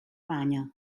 banya